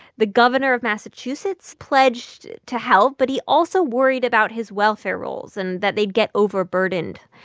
the governor of massachusetts pledged to help, but he also worried about his welfare rolls and that they'd get overburdened.